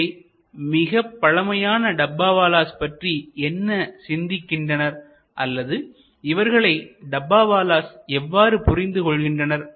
இவை மிகப்பழமையான டப்பாவாலாக்கள் பற்றி என்ன சிந்திக்கின்றனர் அல்லது இவர்களை டப்பாவாலாஸ் எவ்வாறு பார்க்கின்றனர்